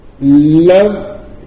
love